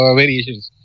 variations